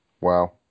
wow